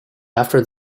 after